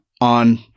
on